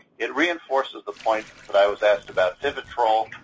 it reinforces the point that i was asked about vivitrol.